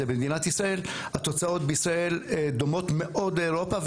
במדינת ישראל - התוצאות בישראל דומות מאוד לאירופה.